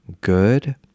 Good